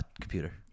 computer